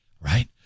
Right